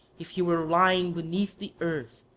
if he were lying beneath the earth,